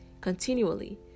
continually